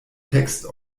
text